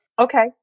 okay